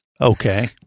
Okay